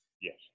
Yes